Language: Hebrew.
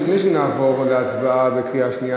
לפני שנעבור להצבעה בקריאה שנייה,